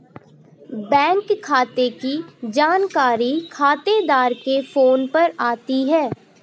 bank खाते की जानकारी खातेदार के फोन पर आती है